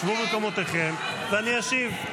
שבו במקומותיכם ואני אשיב,